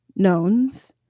knowns